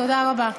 תודה רבה.